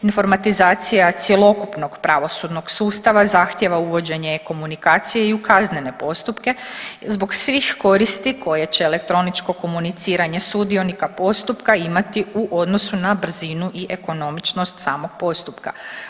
Informatizacija cjelokupnog pravosudnog sustava zahtjeva uvođenje e-komunikacije i u kaznene postupke zbog svih koristi koje će elektroničko komuniciranje sudionika postupka imati u odnosu na brzinu i ekonomičnost samog postupka.